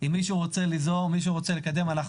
אם מישהו רוצה ליזום ולקדם אנחנו